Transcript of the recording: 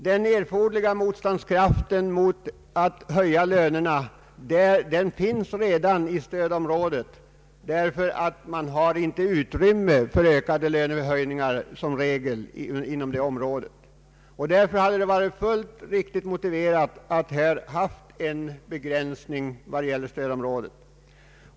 Det erforderliga motståndet mot att höja lönerna finns redan i stödområdet, därför att man inom detta område som regel inte har utrymme för ytterligare lönehöjningar. Därför hade det varit fullt motiverat att göra en begränsning när det gäller stödområdet.